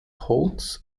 holz